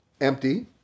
empty